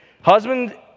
husband